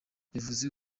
bivuze